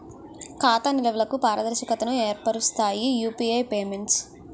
ఖాతా నిల్వలకు పారదర్శకతను ఏర్పరుస్తాయి యూపీఐ పేమెంట్స్